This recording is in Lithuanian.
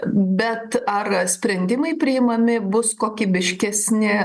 bet ar sprendimai priimami bus kokybiškesni